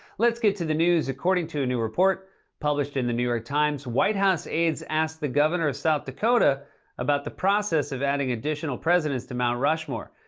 let's get to the news. according to a new report published in the new york times, white house aides asked the governor of south dakota about the process of adding additional presidents to mount rushmore.